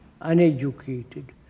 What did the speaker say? uneducated